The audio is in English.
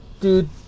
dude